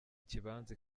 ikibanza